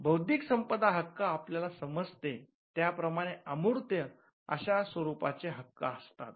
बौद्धिक संपदा हक्क आपल्याला समजते त्याप्रमाणे अमूर्त अशा स्वरूपाचे हक्क असतात